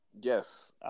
Yes